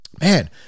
man